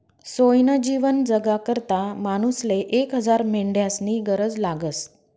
सोयनं जीवन जगाकरता मानूसले एक हजार मेंढ्यास्नी गरज लागस